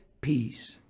peace